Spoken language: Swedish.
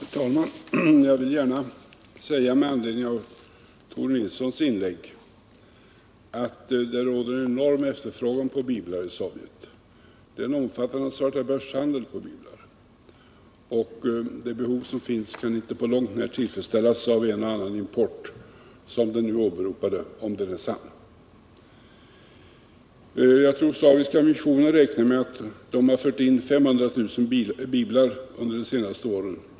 Herr talman! Jag vill gärna säga, med anledning av Tore Nilssons inlägg, att det råder enorm efterfrågan på biblar i Sovjet. Det förekommer en omfattande svartabörshandel med biblar, och det behov som finns kan inte på långt när tillfredsställas av en och annan import som den nu åberopade - om nu uppgiften är sann. Jag tror att Slaviska missionen räknar med att man har fört in 500 000 biblar i Sovjetunionen under de senaste åren.